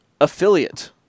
affiliate